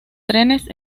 trenes